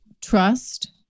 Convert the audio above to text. trust